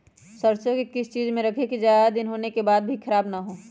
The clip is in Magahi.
सरसो को किस चीज में रखे की ज्यादा दिन होने के बाद भी ख़राब ना हो?